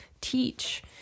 teach